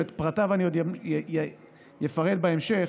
שאת פרטיו אני עוד אפרט בהמשך,